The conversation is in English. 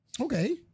Okay